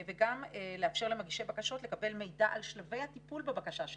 וגם לאפשר למגישי הבקשות לקבל מידע על שלבי הטיפול בבקשה שלהם,